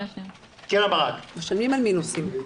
משלמים על מינוסים.